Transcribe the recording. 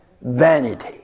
vanity